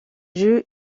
jeu